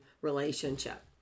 relationship